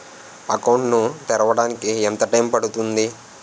Account ను తెరవడానికి ఎంత టైమ్ పడుతుంది?